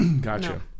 gotcha